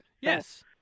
Yes